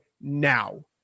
now